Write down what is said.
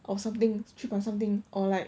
or something three point something or like